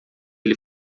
ele